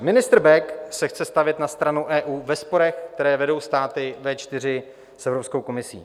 Ministr Bek se chce stavět na stranu EU ve sporech, které vedou státy V4 s Evropskou komisí.